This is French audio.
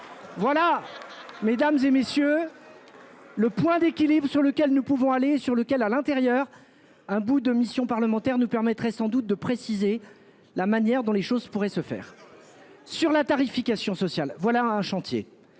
Voilà. Mesdames et messieurs. Le point d'équilibre sur lequel nous pouvons aller sur lequel à l'intérieur. Un bout de mission parlementaire ne permettrait sans doute de préciser la manière dont les choses pourraient se faire. Sur la tarification sociale, voilà un chantier